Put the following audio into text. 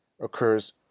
occurs